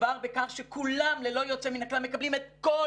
מדובר בכך שכולם ללא יוצא מן הכלל מקבלים את כל